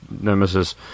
Nemesis